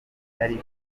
yari